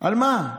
על מה?